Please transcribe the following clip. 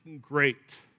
great